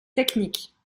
techniques